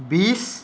বিছ